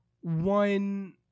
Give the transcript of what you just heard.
one